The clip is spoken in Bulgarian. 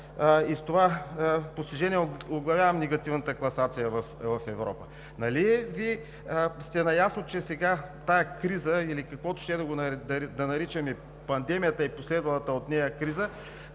и с това постижение оглавяваме негативната класация в Европа. Нали Вие сте наясно, че сега в тази криза, или както ще да наричаме пандемията и последвалата от нея криза,